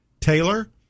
Taylor